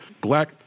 black